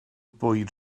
bwyd